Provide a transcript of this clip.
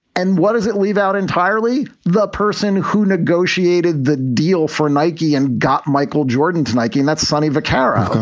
and what does it leave out entirely? the person who negotiated the deal for nike and got michael jordan to nike, that's sonny vaccaro.